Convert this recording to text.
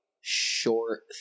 short